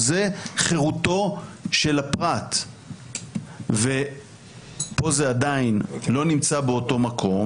זה לא מספיק טוב ועוד צריך כך